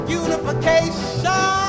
unification